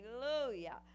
hallelujah